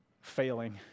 failing